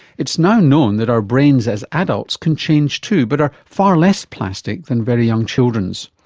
it's now known that our brains as adults can change too, but are far less plastic than very young children's.